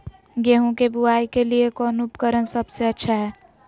गेहूं के बुआई के लिए कौन उपकरण सबसे अच्छा है?